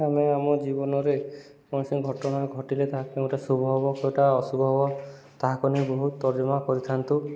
ଆମେ ଆମ ଜୀବନରେ କୌଣସି ଘଟଣା ଘଟିଲେ ତାହା କେଉଁଟା ଶୁଭ ହବ କେଉଁଟା ଅଶୁଭ ହବ ତାହାକୁ ନେଇ ବହୁତ ତର୍ଜମା କରିଥାନ୍ତୁ